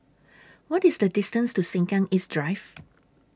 What IS The distance to Sengkang East Drive